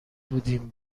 بودیم